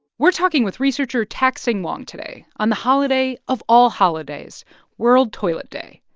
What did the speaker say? we're talking with researcher tak-sing wong today on the holiday of all holidays world toilet day.